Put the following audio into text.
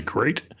Great